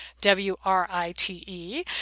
W-R-I-T-E